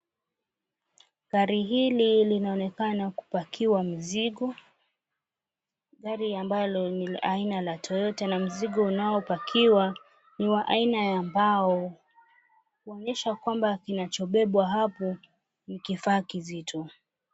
Gari hili linaonekana kupakiwa mzigo gari ambalo ni la aina ya Toyota na mzigo unaopakiwa ni wa aina ya mbao kuonyesha kwamba kinachobebwa hapo ni kifaa kizito.